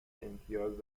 امتیاز